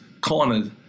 cornered